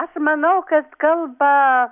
aš manau kad kalba